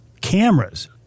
cameras